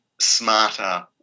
smarter